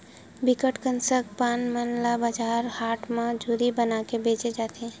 बिकट कन सग पान मन ल बजार हाट म जूरी बनाके बेंचे जाथे